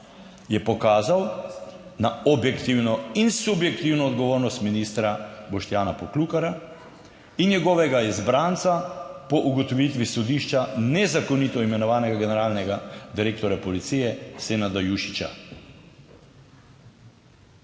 je pokazal na objektivno in subjektivno odgovornost ministra Boštjana Poklukarja in njegovega izbranca, po ugotovitvi sodišča nezakonito imenovanega generalnega direktorja policije Senada Jušića.